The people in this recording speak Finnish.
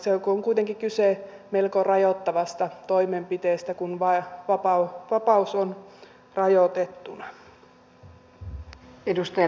on kuitenkin kyse melko rajoittavasta toimenpiteestä kun vapaus on rajoitettuna